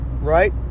right